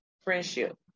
friendship